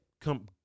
come